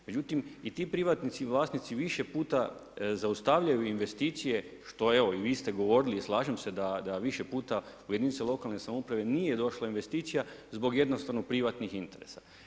Međutim, i ti privatnici i vlasnici više puta zaustavljaju investicije što evo i vi ste govorili i slažem se da više puta u jedinice lokalne samouprave nije došla investicija zbog jednostavno privatnih interesa.